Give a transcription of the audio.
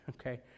okay